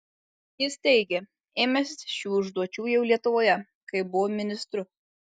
jis teigė ėmęsis šių užduočių jau lietuvoje kai buvo ministru